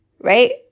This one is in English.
Right